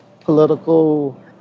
political